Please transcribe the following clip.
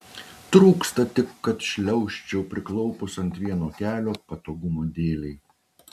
trūksta tik kad šliaužčiau priklaupus ant vieno kelio patogumo dėlei